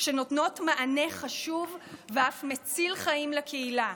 שנותנות מענה חשוב ואף מציל חיים לקהילה.